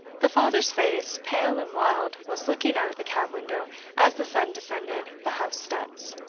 the father's face, pale and wild, was looking out of the cab window as the son descended the house steps.